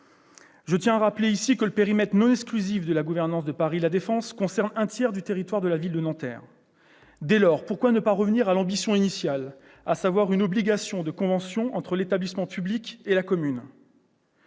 Je tiens à rappeler que le périmètre non exclusif de la gouvernance de l'établissement Paris La Défense concerne un tiers du territoire de la ville de Nanterre. Dès lors, pourquoi ne pas revenir à l'ambition initiale, à savoir une obligation de convention entre l'établissement public et la commune ?